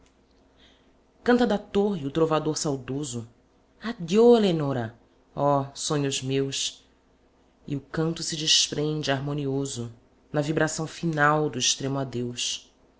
canta da torre o trovador saudoso addio eleonora oh sonhos meus e o canto se desprende harmonioso na vibração final do extremo adeus